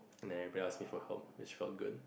and everyone asks my for help which was good